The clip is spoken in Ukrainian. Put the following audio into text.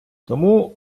тому